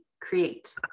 create